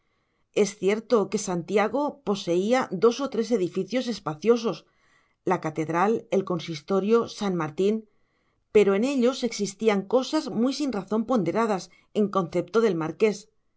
es cierto que santiago poseía dos o tres edificios espaciosos la catedral el consistorio san martín pero en ellos existían cosas muy sin razón ponderadas en concepto del marqués